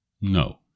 no